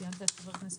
אתה ציינת את חבר הכנסת